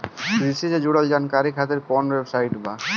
कृषि से जुड़ल जानकारी खातिर कोवन वेबसाइट बा?